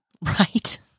right